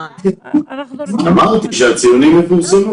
אמרתי שהציונים יפורסמו